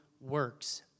works